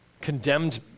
condemned